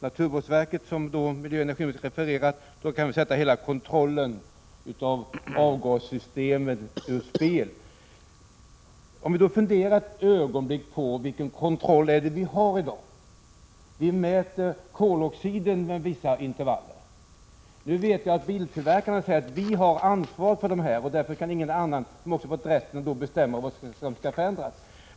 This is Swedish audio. Naturvårdsverket säger — det har miljöoch energiministern refererat — att man då kan sätta hela kontrollen av avgassystemen ur spel. Vilken kontroll är det då vi har i dag? Vi mäter koloxiden med vissa intervaller. Biltillverkarna säger: Vi har ansvar för det här och har då också fått rätten att bestämma vad som skall förändras.